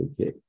Okay